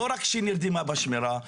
לא רק שנרדמה בשמירה,